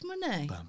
money